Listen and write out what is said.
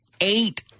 eight